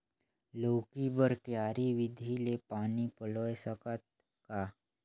लौकी बर क्यारी विधि ले पानी पलोय सकत का?